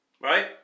Right